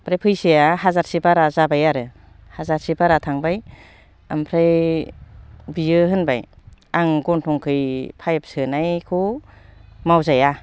ओमफ्राय फैसाया हाजारसे बारा जाबाय आरो हाजारसे बारा थांबाय ओमफ्राय बियो होनबाय आं गन्थंखै पाइप सोनायखौ मावजाया